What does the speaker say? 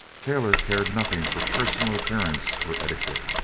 taylor cared nothing for personal appearance or etiquette.